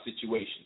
situation